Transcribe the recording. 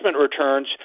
returns